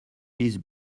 peace